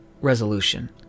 resolution